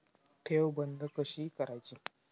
ठेव बंद कशी करायची?